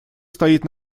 стоит